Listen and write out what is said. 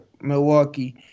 Milwaukee